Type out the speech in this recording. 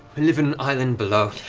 live in an island below.